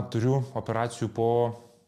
turiu operacijų po